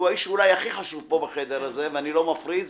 שהוא האיש אולי הכי חשוב פה בחדר, ואני לא מפריז,